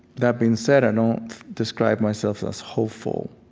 that being said, i don't describe myself as hopeful.